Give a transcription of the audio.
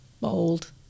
bold